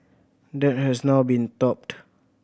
that has now been topped